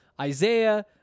Isaiah